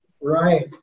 Right